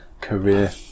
career